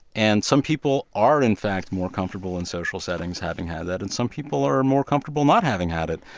and some people are in fact more comfortable in social settings having had that and some people are and more comfortable not having had it.